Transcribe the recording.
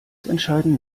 entscheiden